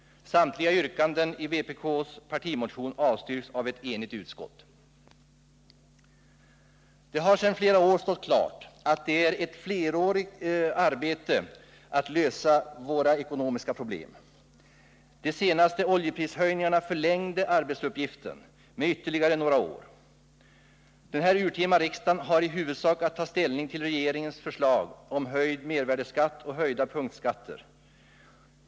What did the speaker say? Samtliga yrkanden i vpk:s partimotion avstyrks också av ett enigt utskott. Det har sedan flera år stått klart att det är en flerårig arbetsuppgift att lösa våra ekonomiska problem. De senaste oljeprishöjningarna förlängde arbetsuppgiften med ytterligare några år. Denna urtima riksdag har i huvudsak att ta ställning till regeringens förslag om höjd mervärdeskatt och höjda punktskatter.